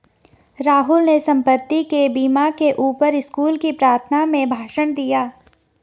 राहुल ने संपत्ति के बीमा के ऊपर स्कूल की प्रार्थना में भाषण दिया